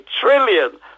trillion